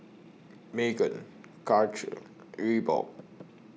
Megan Karcher Reebok